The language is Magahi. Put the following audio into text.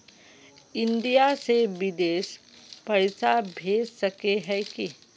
इंडिया से बिदेश पैसा भेज सके है की?